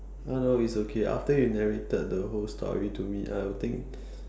no no it's okay after you narrated the whole story to me I would think